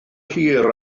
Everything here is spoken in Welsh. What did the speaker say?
hir